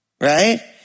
right